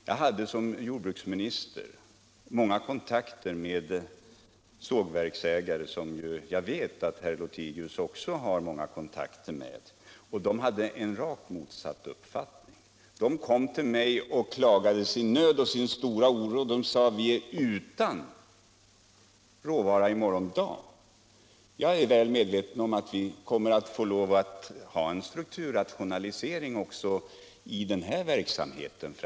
Jag hade som jordbruksminister många kontakter med sågverksägare — det vet jag att herr Lothigius också har —- och de hade rakt motsatt uppfattning. De kom till mig och klagade sin nöd och uttryckte sin stora oro för framtiden. Jag är väl medveten om att det framöver får lov att genomföras en strukturrationalisering också inom den här verksamheten.